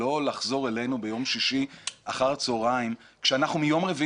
ולא לחזור אלינו ביום שישי אחר הצהריים כשאנחנו מיום רביעי